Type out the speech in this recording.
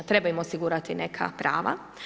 Treba im osigurati neka prava.